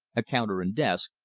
a counter and desk,